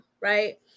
Right